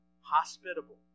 Hospitable